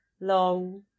long